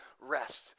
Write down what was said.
rest